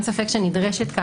הזה.